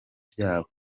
byabo